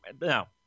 No